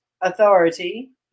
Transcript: authority